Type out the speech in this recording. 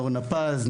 אורנה פז,